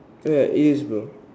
ya is bro